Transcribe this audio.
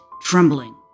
trembling